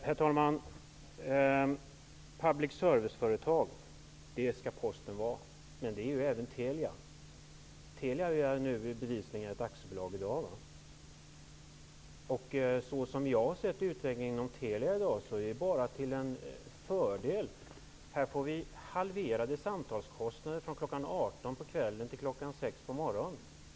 Herr talman! Posten skall vara ett public serviceföretag. Ett sådant är också Telia, som i dag bevisligen är ett aktiebolag. Som jag ser utvecklingen inom Telia i dag är det bara fråga om fördelar. Vi får ju t.ex. halverade samtalskostnader mellan kl. 18 på kvällen till kl. 6 på morgonen.